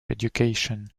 education